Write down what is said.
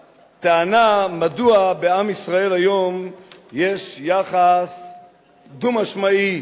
לטענה, מדוע בעם ישראל היום יש יחס דו-משמעי,